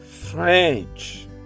French